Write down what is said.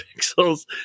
pixels